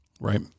right